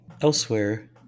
Elsewhere